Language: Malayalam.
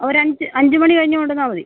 ഒരഞ്ച് അഞ്ച് മണി കഴിഞ്ഞ് കൊണ്ടുവന്നാല് മതി